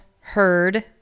heard